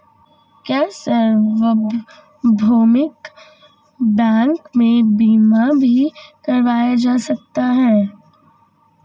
क्या सार्वभौमिक बैंक में बीमा भी करवाया जा सकता है?